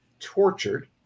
tortured